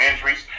injuries